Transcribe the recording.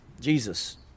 Jesus